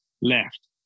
left